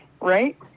right